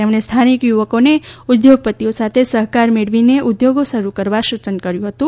તેમણે સ્થાનિક યુવકોને ઉદ્યોગપતિઓ સાથે સહકાર મેળવીને ઉદ્યોગો શરૂ કરવા સૂચન કર્યું હતું